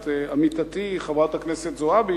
את עמיתתי חברת הכנסת זועבי,